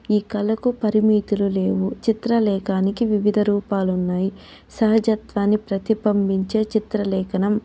ఈ కళకు పరిమితులు లేవు చిత్రలేఖనానికి వివిధ రూపాలు ఉన్నాయి సహజత్వాన్ని ప్రతబింబించే చిత్రలేఖనం